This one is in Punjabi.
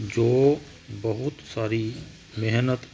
ਜੋ ਬਹੁਤ ਸਾਰੀ ਮਿਹਨਤ